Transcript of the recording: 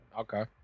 Okay